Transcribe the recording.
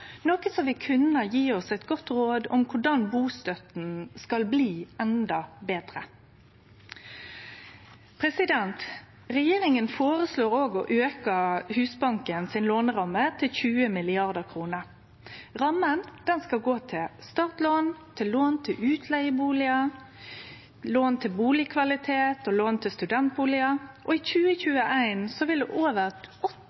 som vil kunne gje oss eit godt råd om korleis bustønaden skal bli endå betre. Regjeringa føreslår òg å auke Husbankens låneramme til 20 mrd. kr. Ramma skal gå til startlån, til lån til utleigebustader, lån til bustadkvalitet og lån til studentbustader, og i